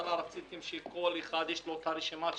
בהתחלה רציתם שכל אחד יש לו רשימת הרשיונות.